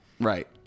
right